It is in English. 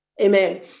amen